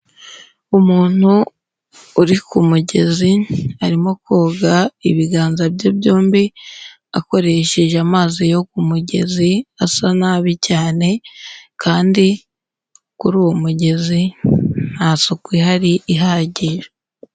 Umuntu uri ku mugezi arimo koga ibiganza bye byombi akoresheje amazi yo ku mugezi asa nabi cyane kandi kuri uwo mugezi nta suku ihari ihagije.